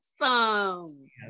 awesome